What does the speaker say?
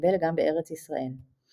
תתקבל גם בארץ ישראל.